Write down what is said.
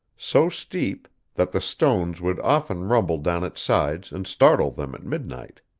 so steep, that the stones would often rumble down its sides and startle them at midnight.